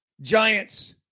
Giants